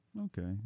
okay